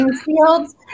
fields